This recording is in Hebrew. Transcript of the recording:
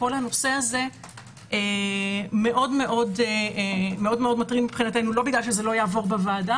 כל הנושא הזה מאוד מטריד מבחינתנו לא בגלל שזה לא יעבור בוועדה